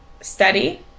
study